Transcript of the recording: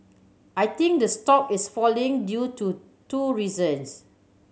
I think the stock is falling due to two reasons